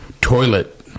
toilet